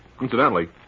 Incidentally